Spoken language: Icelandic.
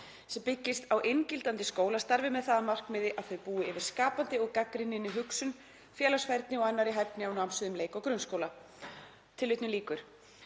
sem byggist á inngildandi skólastarfi með það að markmiði að þau búi yfir skapandi og gagnrýninni hugsun, félagsfærni og annarri hæfni á námssviðum leik- og grunnskóla.“ Mig langar